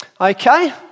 Okay